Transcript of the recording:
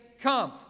come